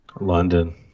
London